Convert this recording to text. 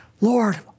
Lord